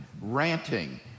ranting